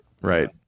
right